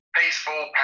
peaceful